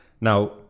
Now